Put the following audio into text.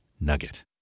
nugget